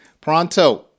pronto